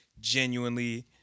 genuinely